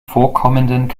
vorkommenden